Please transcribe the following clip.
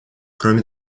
кроме